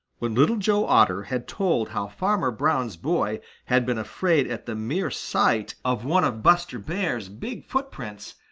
when little joe otter had told how farmer brown's boy had been afraid at the mere sight of one of buster bear's big footprints,